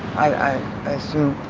i i assume.